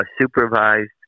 supervised